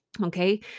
Okay